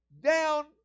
down